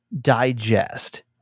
digest –